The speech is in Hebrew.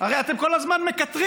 הרי אתם כל הזמן מקטרים,